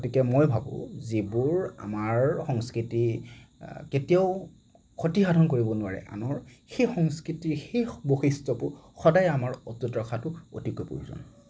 গতিকে মই ভাবোঁ যিবোৰ আমাৰ সংস্কৃতি কেতিয়াও ক্ষতি সাধন কৰিব নোৱাৰে আনৰ সেই সংস্কৃতি সেই বৈশিষ্টবোৰ সদায় আমাৰ অতুত ৰখাটো অতিকৈ প্ৰয়োজন